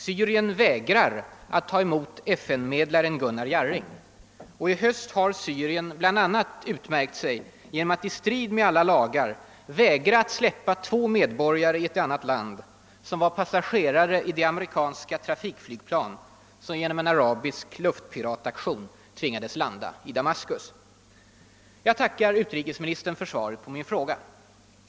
Syrien vägrar att ta emot FN-medlaren Gunnar Jarring. Och i höst har Syrien bl.a. utmärkt sig genom att i strid med alla lagar vägra att släppa två medborgare i ett annat land, som var passagerare i det amerikanska trafikflygplan som genom en arabisk luftpirataktion tvingades landa i Damaskus. Jag tackar utrikesministern för svaret på min fråga.